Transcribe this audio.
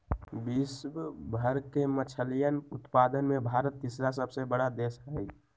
विश्व भर के मछलयन उत्पादन में भारत तीसरा सबसे बड़ा देश हई